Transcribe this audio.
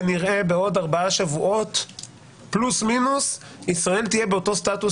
כנראה בעוד 5 שבועות פלוס-מינוס ישראל תהיה באותו סטטוס